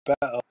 better